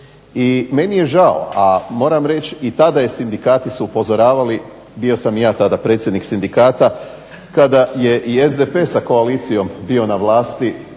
I meni je žao, a moram reći i tada su sindikati upozoravali, bio sam i ja tada predsjednik sindikata, kada je i SDP sa koalicijom bio na vlasti